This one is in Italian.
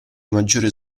maggiore